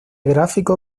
gráfico